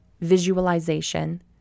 visualization